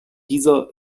dieser